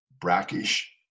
brackish